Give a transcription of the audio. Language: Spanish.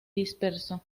disperso